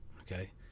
okay